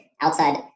outside